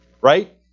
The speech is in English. right